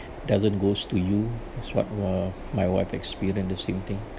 doesn't goes to you is what uh my wife experience the same thing